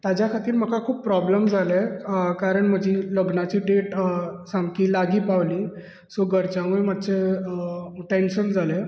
ताज्या खतीर म्हाका खूब प्रॉब्लेम जाले कारण म्हज्या लग्नाची डेट सामकी लागी पाविल्ली सो घरच्यांकूय मात्शे टेंशन जाले